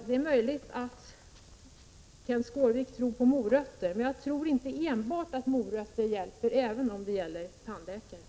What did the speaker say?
Det är möjligt att Kenth Skårvik tror på morötter — men jag tror inte att enbart morötter hjälper, även om det gäller tandläkare!